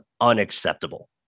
unacceptable